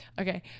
Okay